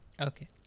Okay